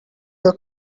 your